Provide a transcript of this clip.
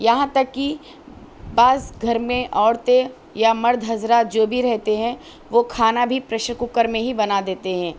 یہاں تک کہ بعض گھر میں عورتیں یا مرد حضرات جو بھی رہتے ہیں وہ کھانا بھی پریشر کوکر میں ہی بنا دیتے ہیں